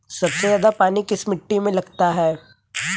सबसे ज्यादा पानी किस मिट्टी में लगता है?